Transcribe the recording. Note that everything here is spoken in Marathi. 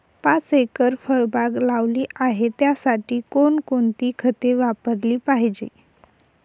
पाच एकर फळबाग लावली आहे, त्यासाठी कोणकोणती खते वापरली पाहिजे?